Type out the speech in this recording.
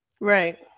Right